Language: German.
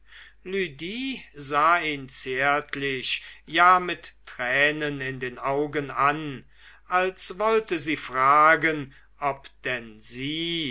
ihn zärtlich ja mit tränen in den augen an als wollte sie fragen ob denn sie